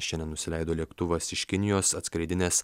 šiandien nusileido lėktuvas iš kinijos atskraidinęs